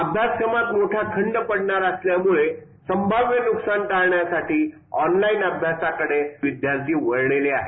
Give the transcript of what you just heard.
अभ्यासक्रमात मोठा खंड पडणार असणार असल्यामुळे संभाव्य नुकसान टाळण्यासाठी ऑनलाईन अभ्यासाकडे विद्यार्थी वळलेले आहेत